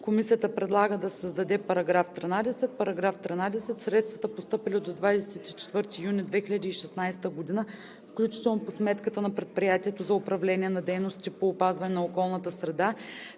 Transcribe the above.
Комисията предлага да се създаде § 13: „§ 13. Средствата, постъпили до 24 юни 2016 г. включително по сметката на Предприятието за управление на дейностите по опазване на околната среда,